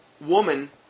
woman